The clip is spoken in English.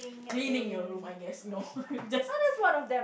cleaning your room I guess no just